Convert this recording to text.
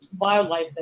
wildlife